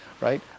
right